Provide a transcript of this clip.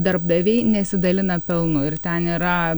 darbdaviai nesidalina pelnu ir ten yra